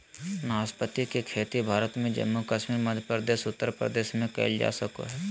नाशपाती के खेती भारत में जम्मू कश्मीर, मध्य प्रदेश, उत्तर प्रदेश में कइल जा सको हइ